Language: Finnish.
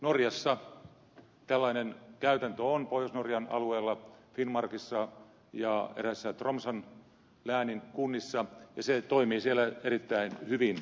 norjassa tällainen käytäntö on pohjois norjan alueella finnmarkissa ja eräissä tromssan läänin kunnissa ja se toimii siellä erittäin hyvin